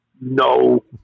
no